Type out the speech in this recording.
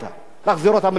לא מדובר על גירוש,